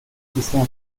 esistono